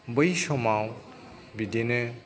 बै समाव बिदिनो